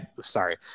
sorry